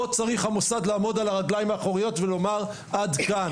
פה צריך המוסד לעמוד על הרגליים האחוריות ולומר: עד כאן,